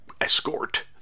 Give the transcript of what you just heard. Escort